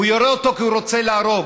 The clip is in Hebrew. הוא יורה את זה כי הוא רוצה להרוג.